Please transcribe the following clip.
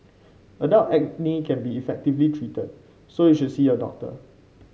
adult acne can be effectively treated so you should see your doctor